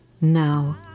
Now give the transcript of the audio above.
Now